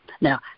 Now